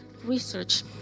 research